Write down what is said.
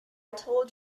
told